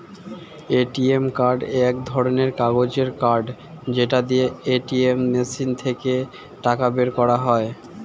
ATM card এক ধরণের কাগজের কার্ড যেটা দিয়ে এটিএম মেশিন থেকে টাকা বের করা যায়